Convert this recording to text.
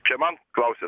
čia man klausiat